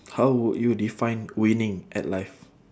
how would you define winning at life